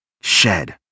shed